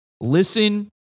Listen